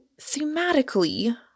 thematically